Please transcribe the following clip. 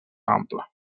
ample